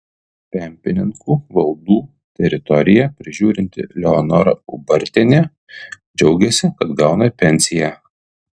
pempininkų valdų teritoriją prižiūrinti leonora ubartienė džiaugiasi kad gauna pensiją